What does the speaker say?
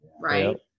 right